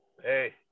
Hey